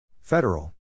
Federal